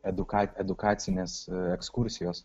eduka edukacinės ekskursijos